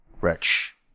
rich